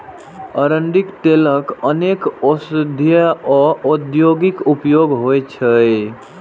अरंडीक तेलक अनेक औषधीय आ औद्योगिक उपयोग होइ छै